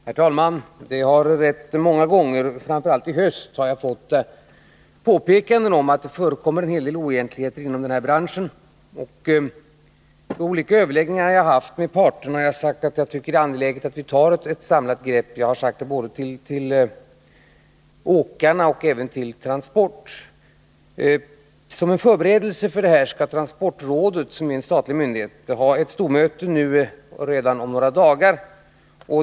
Herr talman! Jag har rätt många gånger, framför allt i höst, fått påpekanden om att det förekommer en hel del oegentligheter inom den här branschen. Vid olika överläggningar som jag haft med parterna har jag sagt att jag tycker det är angeläget att ta ett samlat grepp. Det har jag sagt både till åkarna och till Transport. Som förberedelse för detta skall transportrådet, som är en statlig myndighet, ha ett stormöte redan om några dagar.